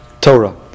Torah